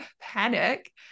panic